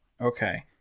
Okay